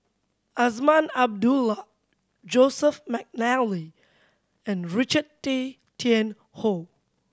Azman Abdullah Joseph McNally and Richard Tay Tian Hoe